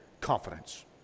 confidence